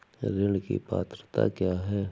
ऋण की पात्रता क्या है?